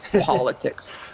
politics